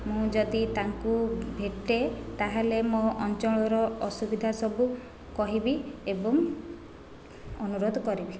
ମୁଁ ଯଦି ତାଙ୍କୁ ଭେଟେ ତା'ହେଲେ ମୋ' ଅଞ୍ଚଳର ଅସୁବିଧା ସବୁ କହିବି ଏବଂ ଅନୁରୋଧ କରିବି